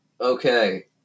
okay